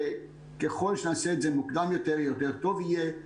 ככל שנעשה מוקדם יותר את זה, יותר טוב יהיה.